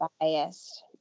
biased